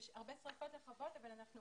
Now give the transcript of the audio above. יש הרבה שריפות לכבות, אבל אנחנו